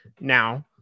Now